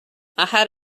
ahead